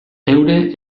euren